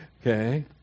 Okay